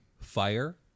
fire